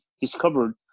discovered